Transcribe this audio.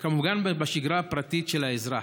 וכמובן בשגרה הפרטית של האזרח.